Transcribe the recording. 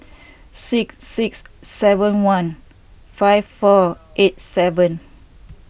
six six seven one five four eight seven